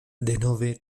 denove